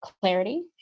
clarity